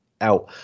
out